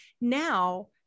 Now